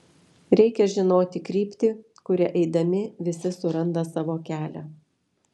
reikia žinoti kryptį kuria eidami visi suranda savo kelią